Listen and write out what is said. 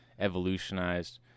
evolutionized